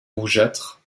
rougeâtres